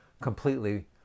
completely